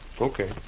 Okay